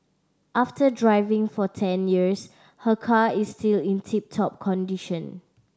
after driving for ten years her car is still in tip top condition